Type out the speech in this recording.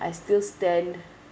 I still stand